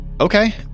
Okay